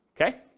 Okay